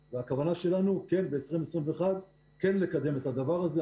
הכוונה שלנו היא כן לקדם את הדבר הזה ב-2021.